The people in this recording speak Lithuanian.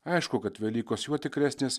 aišku kad velykos juo tikresnės